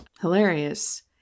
hilarious